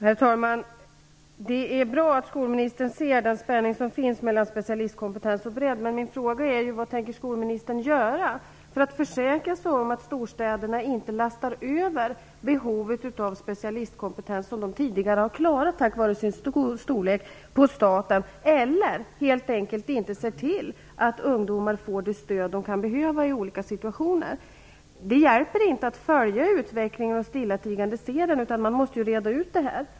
Herr talman! Det är bra att skolministern ser den spänning som finns mellan specialistkompetens och bred kompetens, men min fråga är vad skolministern tänker göra för att försäkra sig om att storstäderna inte lastar över behovet av specialistkompetens som de tidigare klarat på staten eller helt enkelt inte ser till att ungdomar får det stöd de kan behöva i olika situationer. Det hjälper inte att följa utvecklingen och stillatigande se den, utan man måste reda ut detta.